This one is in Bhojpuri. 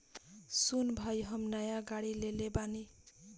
सुन भाई हम नाय गाड़ी लेले बानी